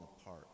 apart